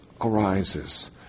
arises